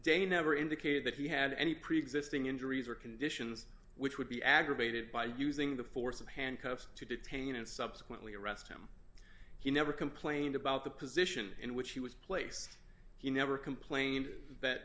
day never indicated that he had any preexisting injuries or conditions which would be aggravated by using the force of handcuffs to detain and subsequently arrest him he never complained about the position in which he was place he never complained that